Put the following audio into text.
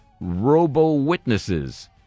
robo-witnesses